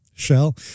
shell